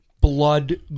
blood